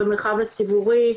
במרחב הציבורי.